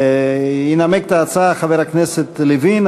ינמק את ההצעה חבר הכנסת לוין.